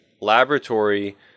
laboratory